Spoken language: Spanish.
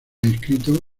inscrito